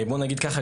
בואו נגיד ככה,